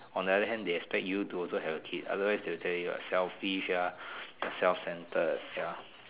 on the other hand they expect you to also have a kid otherwise they would tell you what selfish ah self-centered ya